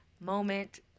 moment